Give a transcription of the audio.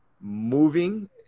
moving